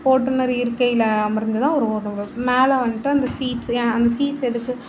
ஓட்டுநர் இருக்கையில் அமர்ந்து தான் அவர் ஓட்டணும் மேலே வந்துட்டு அந்த சீட்ஸு அந்த சீட்ஸ் எதுக்கு